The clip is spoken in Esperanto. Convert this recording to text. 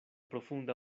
profunda